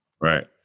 Right